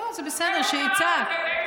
לא, זה בסדר, שיצעק.